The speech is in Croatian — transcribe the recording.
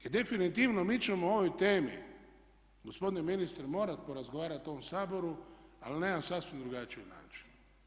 I definitivno mi ćemo o ovoj temi gospodine ministre morati porazgovarati u ovom Saboru ali na jedan sasvim drugačiji način.